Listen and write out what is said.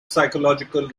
psychological